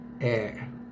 air